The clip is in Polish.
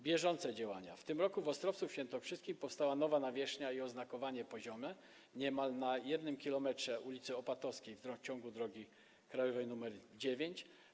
Bieżące działania: w tym roku w Ostrowcu Świętokrzyskim powstały nowa nawierzchnia i oznakowanie poziome niemal na 1 km ulicy Opatowskiej w ciągu drogi krajowej nr 9.